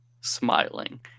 smiling